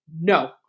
no